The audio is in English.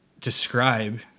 describe